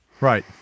right